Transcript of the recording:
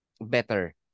better